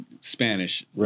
Spanish